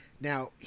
Now